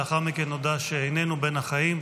לאחר מכן נודע שאיננו בין החיים.